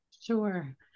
Sure